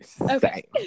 okay